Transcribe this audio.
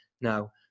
now